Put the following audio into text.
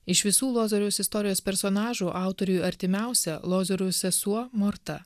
iš visų lozoriaus istorijos personažų autoriui artimiausia lozoriaus sesuo morta